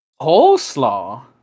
coleslaw